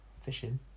fishing